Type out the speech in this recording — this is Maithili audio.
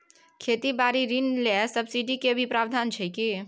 खेती बारी ऋण ले सब्सिडी के भी प्रावधान छै कि?